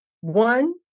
One